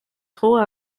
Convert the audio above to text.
trop